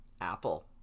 Apple